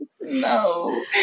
No